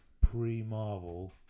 pre-Marvel